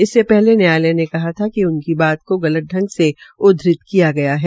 इससे पहले न्यायालय ने कहा था कि उनकी बात को गतल ढंग से उद्वत किया गया है